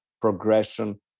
progression